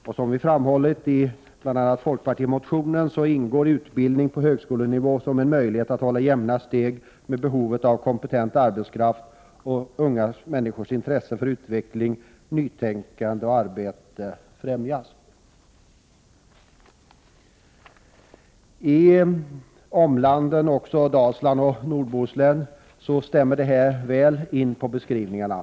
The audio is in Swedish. Som vi har framhållit i bl.a. folkpartimotionen utgör utbildning på högskolenivå en möjlighet att hålla jämna steg med behovet av kompetent arbetskraft, och unga människors intresse för utveckling, nytänkande och arbete främjas. I omlanden Dalsland och Nordbohuslän stämmer detta väl in på beskrivningarna.